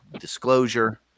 disclosure